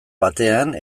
batean